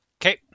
Okay